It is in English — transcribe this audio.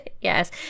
Yes